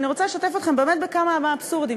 ואני רוצה לשתף אתכם באמת בכמה מהאבסורדים.